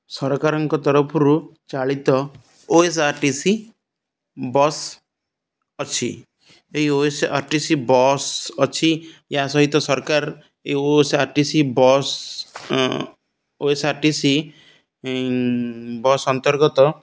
ସରକାରଙ୍କ ତରଫରୁ ଚାଳିତ O S R T C bus ଅଛି ଏହି O S R T C bus ଅଛି ଏହା ସହିତ ସରକାର ଏ O S R T C bus O S R T C bus ଅନ୍ତର୍ଗତ